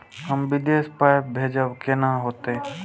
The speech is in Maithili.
हम विदेश पाय भेजब कैना होते?